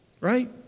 Right